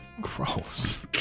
Gross